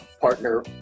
partner